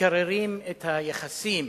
מקררים את היחסים